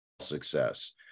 success